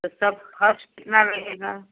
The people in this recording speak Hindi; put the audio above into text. तो सब फास्ट कितना रहेगा